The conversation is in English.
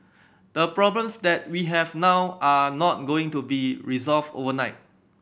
the problems that we have now are not going to be resolved overnight